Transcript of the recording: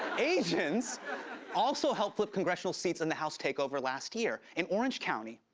asians also helped flip congressional seats in the house takeover last year. in orange county,